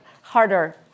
harder